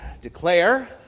declare